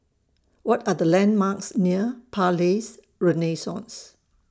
What Are The landmarks near Palais Renaissance